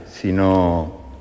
sino